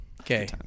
okay